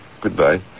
Goodbye